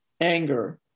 anger